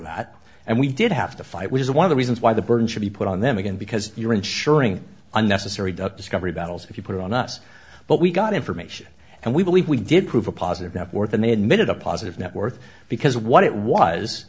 that and we did have to fight was one of the reasons why the burden should be put on them again because you're insuring unnecessary the discovery battles if you put it on us but we got information and we believe we did prove a positive no more than they had made it a positive net worth because what it was